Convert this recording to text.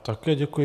Také děkuji.